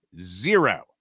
zero